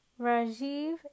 Rajiv